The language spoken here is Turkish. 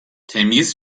temyiz